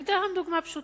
אני אתן לכם דוגמה פשוטה.